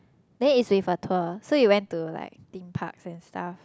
then is with a tour so we went to like Theme-Park and stuff